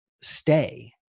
stay